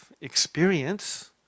experience